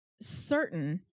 certain